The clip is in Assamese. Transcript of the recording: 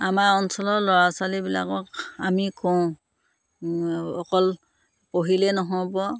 আমাৰ অঞ্চলৰ ল'ৰা ছোৱালীবিলাকক আমি কওঁ অকল পঢ়িলেই নহ'ব